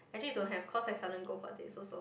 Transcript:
actually don't have cause I seldom go for this also